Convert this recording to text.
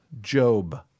Job